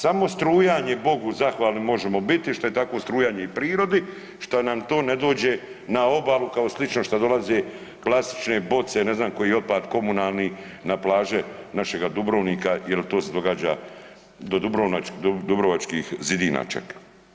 Samo strujanjem Bogu zahvalni možemo biti što je takvo strujanje u prirodi, što nam to ne dođe na obalu kao slično što dolaze plastične boce, ne znam koji otpad komunalni na plaže našega Dubrovnika jer to se događa do dubrovačkih zidina čak.